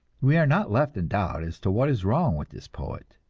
we are not left in doubt as to what is wrong with this poet.